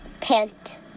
pant